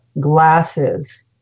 glasses